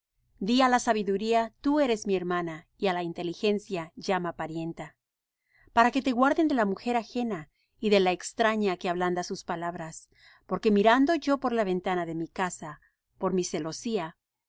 á la sabiduría tú eres mi hermana y á la inteligencia llama parienta para que te guarden de la mujer ajena y de la extraña que ablanda sus palabras porque mirando yo por la ventana de mi casa por mi celosía